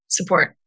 Support